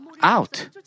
out